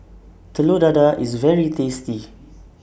Telur Dadah IS very tasty